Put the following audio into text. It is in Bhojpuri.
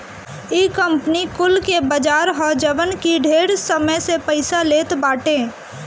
इ कंपनी कुल के बाजार ह जवन की ढेर समय ले पईसा देत बाटे